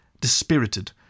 dispirited